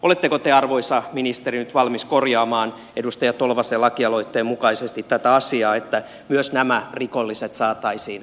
oletteko te arvoisa ministeri nyt valmis korjaamaan edustaja tolvasen lakialoitteen mukaisesti tätä asiaa että myös nämä rikolliset saataisiin vankiloihin